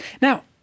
Now